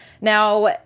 Now